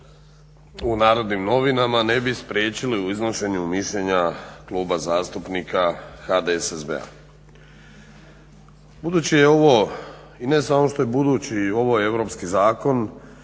objavljen u NN ne bi spriječili u iznošenju mišljenja Kluba zastupnika HDSSB-a. Budući je ovo i ne samo što je budući ovo je europski zakon,